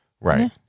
right